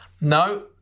No